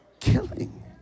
Killing